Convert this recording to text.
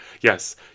Yes